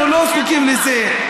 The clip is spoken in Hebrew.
אנחנו לא זקוקים לזה.